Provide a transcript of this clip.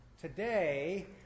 Today